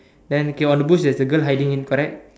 then okay on the bush theres a girl hiding in correct